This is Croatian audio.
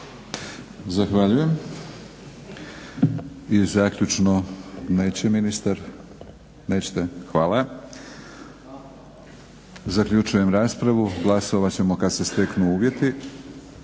Zahvaljujem. I zaključno neće ministar? Nećete? Hvala. Zaključujem raspravu. Glasovat ćemo kad se steknu uvjeti.